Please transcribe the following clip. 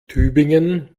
tübingen